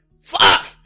Fuck